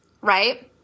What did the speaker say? right